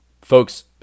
folks